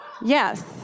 Yes